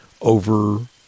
over